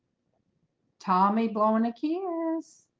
tommy blowing a kiss